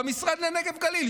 במשרד לנגב גליל,